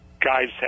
guys